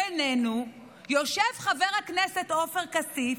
בינינו, יושב חבר הכנסת עופר כסיף,